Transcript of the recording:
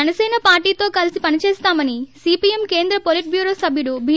జనసేన పార్టీతో కలిసి పనిచేస్తామని సీపీఎం కేంద్ర పోలీట్ బ్యూరో సభ్యుడు బి